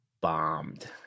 bombed